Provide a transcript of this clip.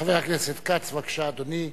חבר הכנסת כץ, בבקשה, אדוני.